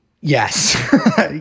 yes